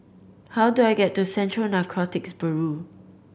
how do I get to Central Narcotics Bureau